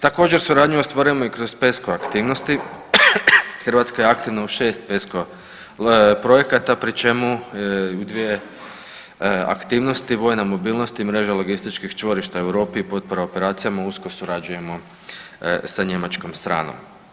Također, suradnju ostvarujemo i kroz PESCO aktivnosti, Hrvatska je aktivna u 6 PESCO projekata, pri čemu u dvije aktivnosti vojna mobilnost i mreža logističkih čvorišta u Europi i potpora operacijama, usko surađujemo sa njemačkom stranom.